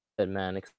man